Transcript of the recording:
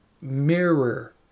mirror